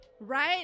right